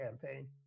campaign